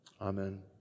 Amen